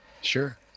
Sure